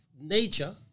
nature